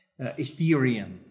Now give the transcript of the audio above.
Ethereum